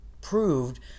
proved